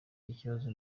ikibazo